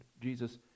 Jesus